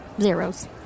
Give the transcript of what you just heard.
Zeros